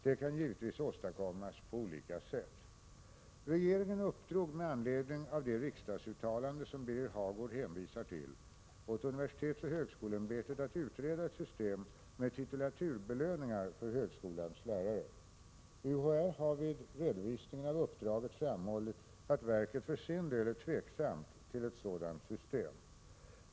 Detta kan givetvis åstadkommas på olika sätt. Regeringen uppdrog med anledning av det riksdagsuttalande, som Birger Hagård hänvisar till, åt universitetsoch högskoleämbetet att utreda ett system med titulaturbelöningar för högskolans lärare. UHÄ har vid redovisningen av uppdraget framhållit att verket för sin del är tveksamt till ett sådant system.